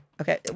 okay